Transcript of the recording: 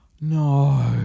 No